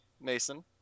Mason